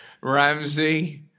Ramsey